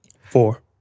Four